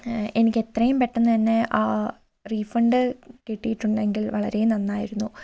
എനിക്ക് എത്രയും പെട്ടെന്ന് തന്നെ ആ റീഫണ്ട് കിട്ടിയിട്ടിയുണ്ടെങ്കിൽ വളരെ നന്നായിരുന്നു